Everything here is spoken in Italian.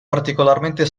particolarmente